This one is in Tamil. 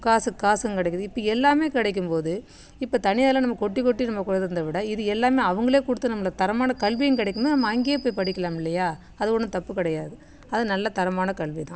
காசுக்கு காசும் கிடைக்குது இப்படி எல்லாமே கிடைக்கும் போது இப்போ தனியாரில் நம்ம கொட்டி கொட்டி நம்ம விட இது எல்லாமே அவங்களே கொடுத்து நம்மள தரமான கல்வியும் கிடைக்குதுனா நம்ம அங்கேயே போய் படிக்கலாம் இல்லையா அது ஒன்றும் தப்பு கிடையாது அது நல்ல தரமான கல்வி தான்